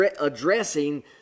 addressing